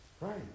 Right